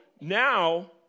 now